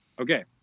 Okay